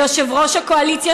ויושב-ראש הקואליציה,